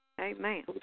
Amen